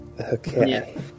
okay